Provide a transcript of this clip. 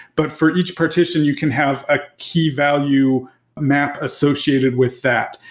but for each partition you can have a key value map associated with that.